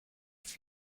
avec